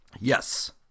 Yes